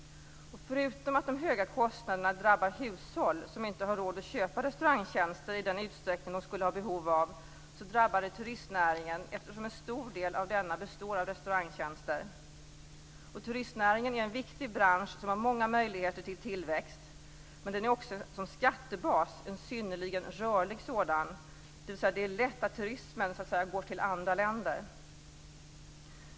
Förutom att de höga kostnaderna drabbar hushåll som inte har råd att köpa restaurangtjänster i den utsträckning de skulle ha behov av drabbar det turistnäringen eftersom en stor del av denna består av restaurangtjänster. Turistnäringen är en viktig bransch som har många möjligheter till tillväxt. Men den är också som skattebas en synnerligen rörlig sådan, dvs. det är lätt att turismen så att säga går till andra länder.